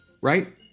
right